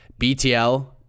BTL